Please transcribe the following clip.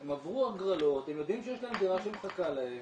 הם עברו הגרלות, הם יודעים שיש דירה שמחכה להם.